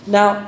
Now